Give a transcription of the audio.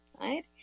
right